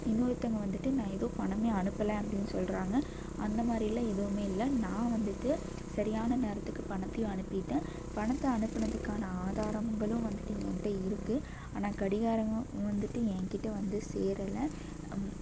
இன்னொருத்தங்க வந்துட்டு நான் ஏதோ பணமே அனுப்பலை அப்படினு சொல்கிறாங்க அந்த மாதிரியெல்லாம் எதுவும் இல்லை நான் வந்துட்டு சரியான நேரத்துக்கு பணத்தையும் அனுப்பிவிட்டேன் பணத்தை அனுப்பினத்துக்கான ஆதாரங்களும் வந்துட்டு என்ட்ட இருக்கு ஆனால் கடிகாரம் வந்துட்டு எங்கிட்ட வந்து சேரலை